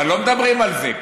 אבל לא מדברים על זה.